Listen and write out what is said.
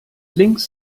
links